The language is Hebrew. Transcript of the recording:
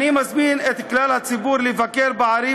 אני מזמין את כלל הציבור לבקר בערים